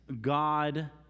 God